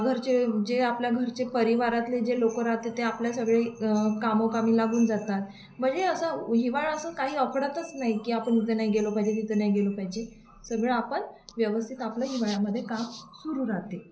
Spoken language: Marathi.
घरचे जे आपल्या घरचे परिवारातले जे लोक राहाते ते आपल्या सगळे कामोकामी लागून जातात म्हणजे असं हिवाळा असं काही अपडतच नाही की आपण इथं नाही गेलो पाहिजे तिथं नाही गेलो पाहिजे सगळं आपण व्यवस्थित आपलं हिवाळ्यामध्ये काम सुरू राहते